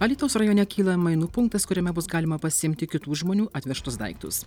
alytaus rajone kyla mainų punktas kuriame bus galima pasiimti kitų žmonių atvežtus daiktus